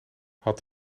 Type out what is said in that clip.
had